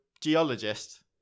geologist